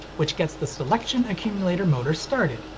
which gets the selection accumulator motor started.